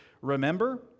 remember